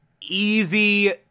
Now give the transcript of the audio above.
Easy